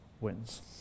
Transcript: wins